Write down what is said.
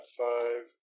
five